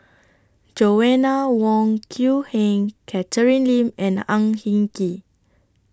Joanna Wong Quee Heng Catherine Lim and Ang Hin Kee